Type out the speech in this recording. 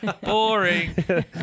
boring